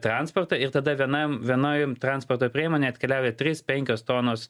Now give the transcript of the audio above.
transportą ir tada vienam vienoj transporto priemonė atkeliauja trys penkios tonos